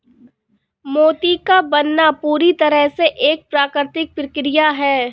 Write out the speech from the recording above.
मोती का बनना पूरी तरह से एक प्राकृतिक प्रकिया है